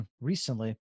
recently